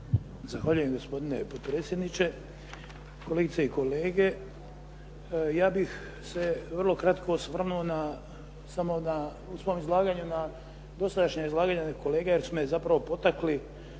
Zahvaljujem gospodine potpredsjedniče, kolegice i kolege. Ja bih se vrlo kratko osvrnuo na, samo u svom izlaganju na dosadašnje izlaganja kolega jer su me zapravo potakli